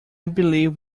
believe